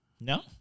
No